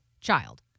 child